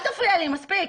אל תפריע לי מספיק.